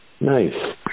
Nice